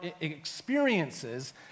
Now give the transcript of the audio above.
experiences